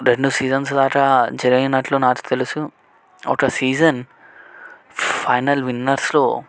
రెండు సీజన్స్ దాకా జరిగినట్లు నాకు తెలుసు ఒక సీజన్ ఫైనల్ విన్నర్స్లో